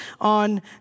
on